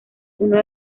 uno